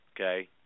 okay